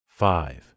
five